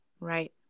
Right